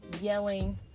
yelling